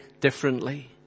differently